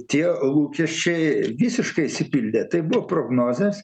tie lūkesčiai visiškai išsipildė tai buvo prognozės